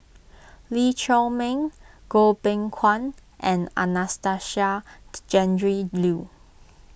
Lee Chiaw Meng Goh Beng Kwan and Anastasia Tjendri Liew